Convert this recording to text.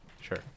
sure